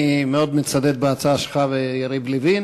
אני מאוד מצדד בהצעה שלך ושל יריב לוין.